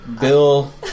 Bill